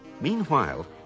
Meanwhile